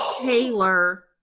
Taylor